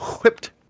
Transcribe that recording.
whipped